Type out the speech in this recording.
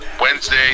Wednesday